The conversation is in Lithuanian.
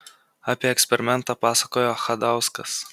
apie eksperimentą pasakojo chadauskas